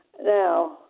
now